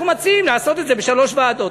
אנחנו מציעים לעשות את זה בשלוש ועדות.